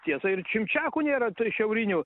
tiesa ir čimčiakų nėra t šiaurinių